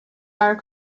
are